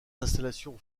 installations